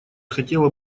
хотела